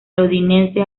londinense